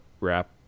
wrap